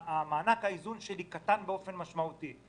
מענק האיזון שלי קטן באופן משמעותי.